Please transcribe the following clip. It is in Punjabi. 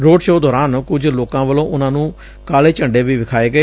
ਰੋਡ ਸ਼ੋ ਦੌਰਾਨ ਕੁਝ ਲੋਕਾ ਵੱਲੋ ਉਨੂਾ ਨੂੰ ਕਾਲੇ ਝੰਡੇ ਵੀ ਵਿਖਾਏ ਗਏ